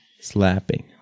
slapping